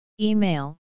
Email